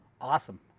Awesome